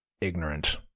ignorant